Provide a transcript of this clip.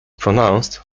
pronounced